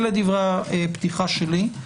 אלה דברי הפתיחה שלי.